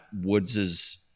Woods's